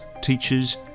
teachers